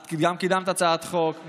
את גם קידמת הצעת חוק,